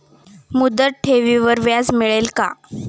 मुदत ठेवीवर व्याज मिळेल का?